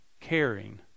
caring